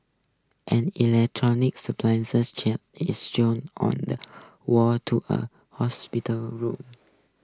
an electronic chan is shown on the wall to a hospital room